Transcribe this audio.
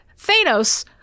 Thanos